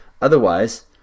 Otherwise